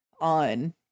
on